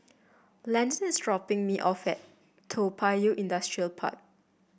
Landon is dropping me off at Toa Payoh Industrial Park